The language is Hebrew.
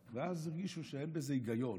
בהדבקה, ואז מישהו, שאין בזה היגיון